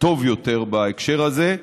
טוב יותר בהקשר הזה.